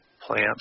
plants